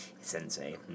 sensei